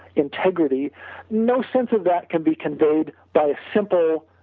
integrity no sense of that can be conveyed by a simple